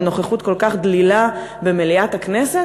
בנוכחות כל כך דלילה במליאת הכנסת?